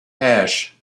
ash